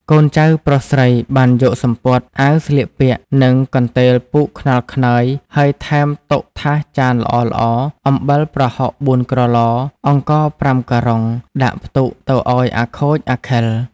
កូនចៅប្រុសស្រីបានយកសំពត់ អាវស្លៀកពាក់ និងកន្ទេលពូកខ្នល់ខ្នើយហើយថែមតុថាសចានល្អៗ អំបិលប្រហុក៤ក្រឡ អង្ករ៥ការុង ដាក់ផ្លុកទៅឱ្យអាខូចអាខិល។